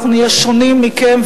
אנחנו נהיה שונים מכם,